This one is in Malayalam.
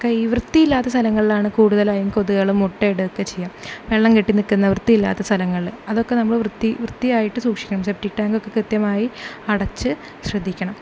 കൈ വൃത്തിയില്ലാത്ത സ്ഥലങ്ങളിലാണ് കൂടുതലായും കൊതുകുകൾ മുട്ടയിടുകയൊക്കെ ചെയ്യുക വെള്ളം കെട്ടി നിൽക്കുന്ന വൃത്തി ഇല്ലാത്ത സ്ഥലങ്ങളിൽ അതൊക്കെ നമ്മൾ വൃത്തി വൃത്തിയായിട്ട് സൂക്ഷിക്കണം സെപ്റ്റിക് ടാങ്കൊക്കെ കൃത്യമായി അടച്ച് ശ്രദ്ധിക്കണം